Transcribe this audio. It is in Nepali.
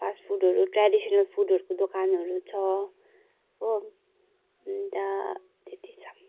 फास्ट फुडहरू ट्रेडिसनल फुडहरूको दोकानहरू छ हो अन्त त्यति छ